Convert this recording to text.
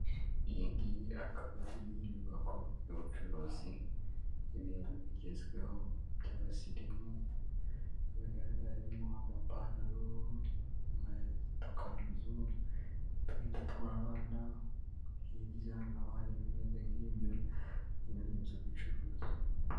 Iyi ngiyi akaba ari inyubako y'ubucuruzi, ibintu bigezweho by'abasirimu nkuko bigaragara hamo: amapantaro, udukanzu, utwenda tw'abana hirya naho hari ibimeze nk'ibyo, ino ni inzu y'ubucuruzi.